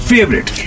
Favorite